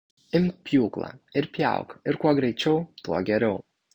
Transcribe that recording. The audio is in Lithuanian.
imk pjūklą ir pjauk ir kuo greičiau tuo geriau